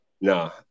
no